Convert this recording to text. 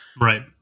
right